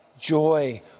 joy